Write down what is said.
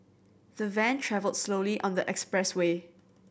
the van travelled slowly on the expressway